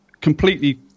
completely